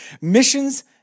Missions